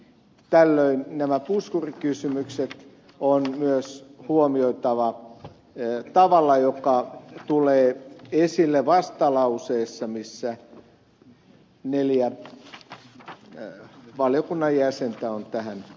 tällöin nämä puskurikysymykset on myös huomioitava tavalla joka tulee esille vastalauseessa johon neljä valiokunnan jäsen ja on tähän